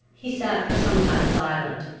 he sat for some time silent,